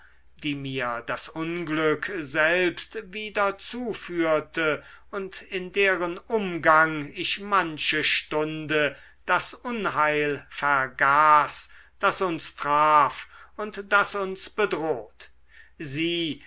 die mir das unglück selbst wieder zuführte und in deren umgang ich manche stunde das unheil vergaß das uns traf und das uns bedroht sie